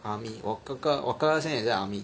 army 我哥哥我哥哥现在也是 army